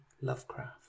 Lovecraft